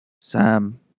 Sam